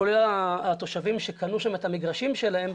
כולל התושבים שקנו שם את המגרשים שלהם,